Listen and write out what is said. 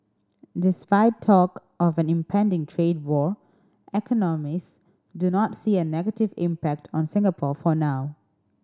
despite talk of an impending trade war economists do not see a negative impact on Singapore for now